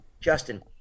Justin